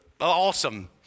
awesome